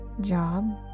job